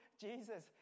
Jesus